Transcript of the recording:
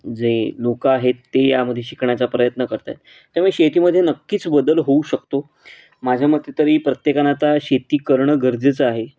जे लोकं आहेत ते यामध्ये शिकण्याचा प्रयत्न करत आहेत त्यामुळे शेतीमध्ये नक्कीच बदल होऊ शकतो माझ्या मते तरी प्रत्येकानं आता शेती करणं गरजेचं आहे